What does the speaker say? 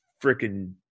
freaking